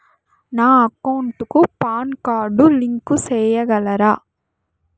నా అకౌంట్ కు PAN card link సేయగలరా?